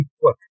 look